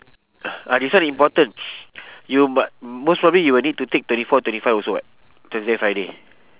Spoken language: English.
ah this one important you mu~ most probably you will need to take twenty four twenty five also what thursday friday